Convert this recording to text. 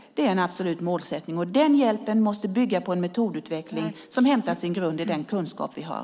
Det är en absolut målsättning. Den hjälpen måste bygga på en metodutveckling som hämtar sin grund i den kunskap vi har.